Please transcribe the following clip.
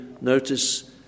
notice